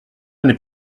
n’est